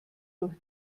durch